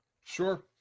Sure